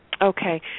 okay